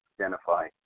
identify